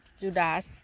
Judas